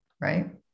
right